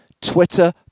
Twitter